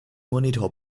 monitor